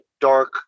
dark